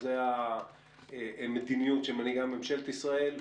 זו המדיניות שמנהיגה ממשלת ישראל.